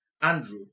Andrew